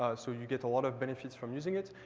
ah so you get a lot of benefits from using it.